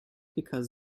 because